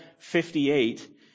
58